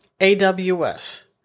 AWS